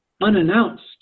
unannounced